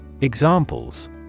Examples